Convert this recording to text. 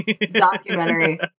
Documentary